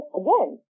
again